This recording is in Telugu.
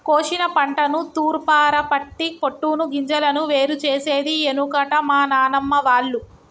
కోశిన పంటను తూర్పారపట్టి పొట్టును గింజలను వేరు చేసేది ఎనుకట మా నానమ్మ వాళ్లు